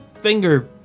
finger